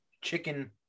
chicken